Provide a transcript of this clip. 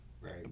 right